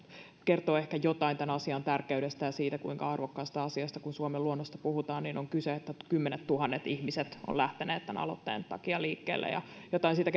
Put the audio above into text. kertoo ehkä jotain tämän asian tärkeydestä ja siitä kuinka arvokkaasta asiasta kun suomen luonnosta puhutaan on kyse että kymmenettuhannet ihmiset ovat lähteneet tämän aloitteen takia liikkeelle ja ja jotain siitä